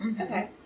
Okay